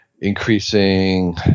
increasing